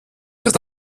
sich